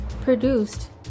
produced